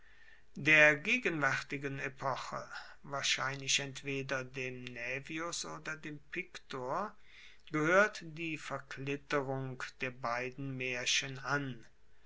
der gegenwaertigen epoche wahrscheinlich entweder dem naevius oder dem pictor gehoert die verklitterung der beiden maerchen an